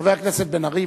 חבר הכנסת בן-ארי,